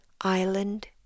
Island